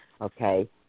okay